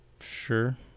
Sure